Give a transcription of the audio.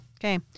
Okay